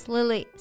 Lily